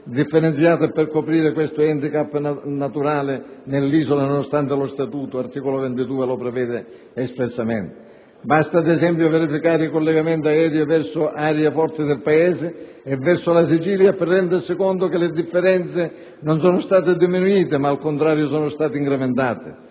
differenziata per coprire questo *handicap* naturale dell'isola, nonostante lo Statuto, all'articolo 22, lo preveda espressamente. Basta, ad esempio, verificare i collegamenti aerei verso aree forti del Paese e verso la Sicilia per rendersi conto che le differenze non sono state diminuite, ma, al contrario, incrementate.